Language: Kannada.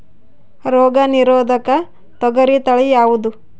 ರೋಗ ನಿರೋಧಕ ತೊಗರಿ ತಳಿ ಯಾವುದು?